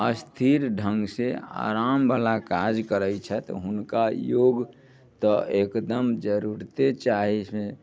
स्थिर ढङ्ग से आराम बला काज करैत छथि हुनका योग तऽ एकदम जरूरते चाहैत छै